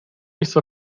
hizo